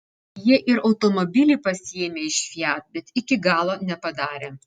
jie ir automobilį pasiėmė iš fiat bet iki galo nepadarė